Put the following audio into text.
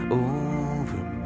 over